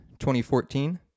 2014